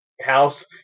House